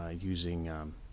using